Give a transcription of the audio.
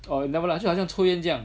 or 拿这个来说好像抽烟这样